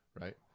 Right